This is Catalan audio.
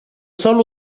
sol